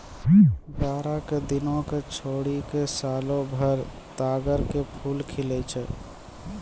जाड़ा के दिनों क छोड़ी क सालों भर तग्गड़ के फूल खिलै छै